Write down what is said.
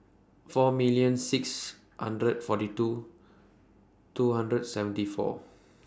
four million six hundred forty two two hundred seventy four